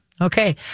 Okay